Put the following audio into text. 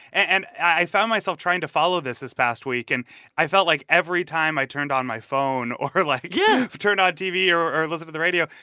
and i found myself trying to follow this this past week, and i felt like every time i turned on my phone or, like, yeah turned on tv or or listened to the radio,